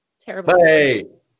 terrible